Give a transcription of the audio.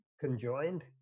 conjoined